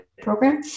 program